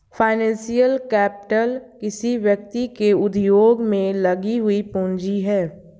financial capital किसी व्यक्ति के उद्योग में लगी हुई पूंजी है